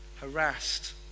harassed